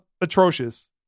atrocious